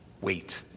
wait